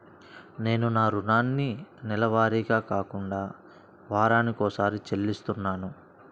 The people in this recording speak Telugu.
నేను నా రుణాన్ని నెలవారీగా కాకుండా వారానికోసారి చెల్లిస్తున్నాను